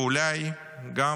ואולי גם